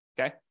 okay